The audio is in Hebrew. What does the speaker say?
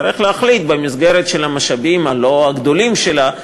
שתצטרך להחליט במסגרת המשאבים הלא-גדולים שלה,